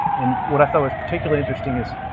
and what i thought was particularly interesting is,